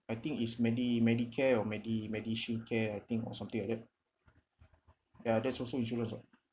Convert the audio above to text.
I think is medi~ medicare or medi~ medishield care I think or something like that ya that's also insurance [what]